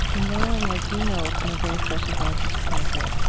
knowing as you know from a very special vantage point that